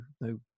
no